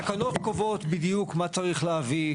תקנות קובעות בדיוק מה צריך להביא,